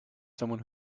someone